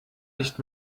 nicht